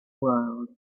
world